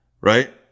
right